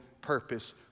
purpose